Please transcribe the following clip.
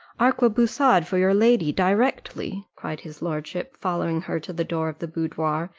arquebusade, for your lady, directly! cried his lordship, following her to the door of the boudoir,